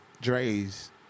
Dre's